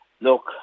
Look